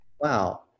wow